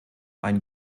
ein